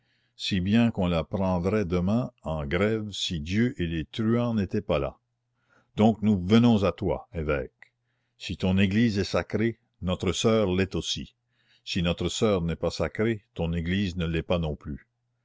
si bien qu'on la pendrait demain en grève si dieu et les truands n'étaient pas là donc nous venons à toi évêque si ton église est sacrée notre soeur l'est aussi si notre soeur n'est pas sacrée ton église ne l'est pas non plus